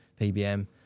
PBM